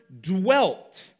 dwelt